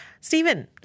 Stephen